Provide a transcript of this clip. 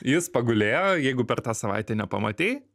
jis pagulėjo jeigu per tą savaitę nepamatei